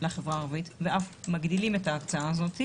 לחברה הערבית ואף מגדילים את ההקצאה הזו,